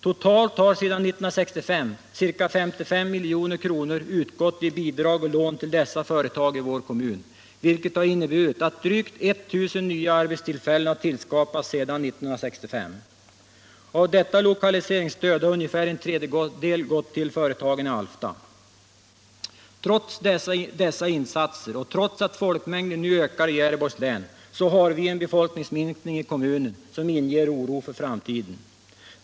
Totalt har sedan 1965 ca 55 milj.kr. utgått i bidrag och lån till dessa företag i vår kommun, vilket har inneburit att drygt 1000 nya arbetstillfällen har tillskapats sedan 1965. Av detta lokaliseringsstöd har ungefär en tredjedel gått till företagen i Alfta. Trots dessa insatser och trots att folkmängden nu ökar i Gävleborgs län har vi en befolkningsminskning i kommunen som inger oro för framtiden.